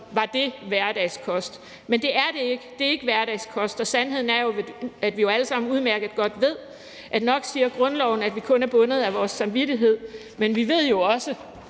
var det hverdagskost. Men det er ikke hverdagskost, og sandheden er jo, at vi alle sammen udmærket godt ved, at grundloven nok siger, at vi kun er bundet af vores samvittighed, men at vi jo også